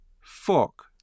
Fork